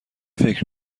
فکر